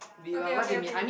okay okay okay